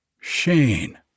Shane